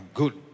good